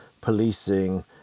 policing